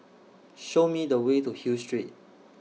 Show Me The Way to Hill Street